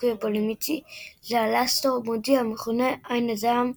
שיקוי פולימיצי לאלאסטור מודי המכונה עין הזעם,